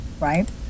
right